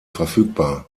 verfügbar